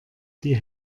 die